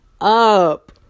up